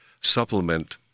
supplement